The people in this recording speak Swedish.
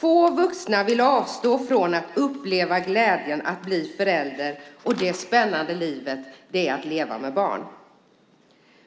Få vuxna vill avstå från att uppleva glädjen att bli förälder och det spännande liv som det innebär att leva med barn.